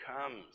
comes